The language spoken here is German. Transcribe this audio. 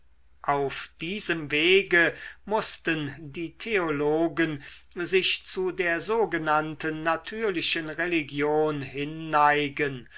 auf diesem wege mußten die theologen sich zu der sogenannten natürlichen religion hinneigen